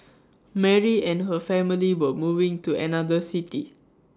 Mary and her family were moving to another city